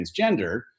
transgender